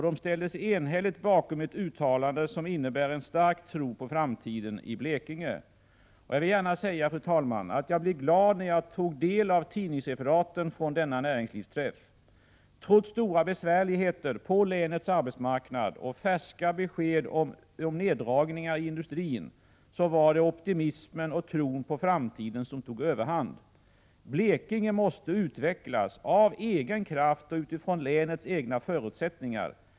De ställde sig enhälligt bakom ett uttalande som innebär en stark tro på framtiden i Blekinge. Och jag vill gärna säga, fru talman, att jag blev glad när jag tog del av tidningsreferaten från denna näringslivsträff. Trots stora besvärligheter på länets arbetsmarknad och färska besked om neddragningar i industrin var det optimismen och tron på framtiden som tog överhand. Blekinge måste utvecklas av egen kraft och utifrån länets egna förutsättningar.